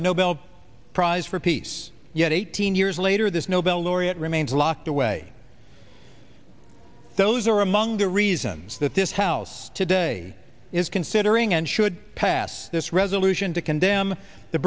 the nobel prize for peace yet eighteen years later this nobel laureate remains locked away those are among the reasons that this house today is considering and should pass this resolution to condemn the